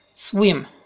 swim